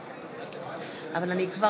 אוחנה, מצביע מיכאל